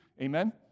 Amen